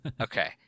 Okay